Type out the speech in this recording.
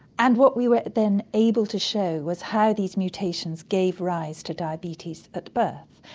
and what we were then able to show was how these mutations gave rise to diabetes at birth.